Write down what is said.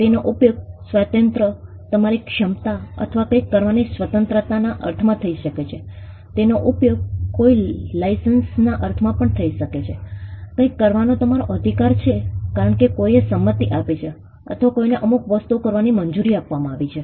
તેનો ઉપયોગ સ્વાતંત્ર્ય તમારી ક્ષમતા અથવા કંઈક કરવાની સ્વતંત્રતાના અર્થમાં થઈ શકે છે તેનો ઉપયોગ કોઈ લાઇસન્સના અર્થમાં પણ થઈ શકે છે કંઈક કરવાનો તમારો અધિકાર છે કારણ કે કોઈએ સંમતિ આપી છે અથવા કોઈને અમુક વસ્તુઓ કરવાની મંજૂરી આપવામાં આવી છે